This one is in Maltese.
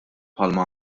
bħalma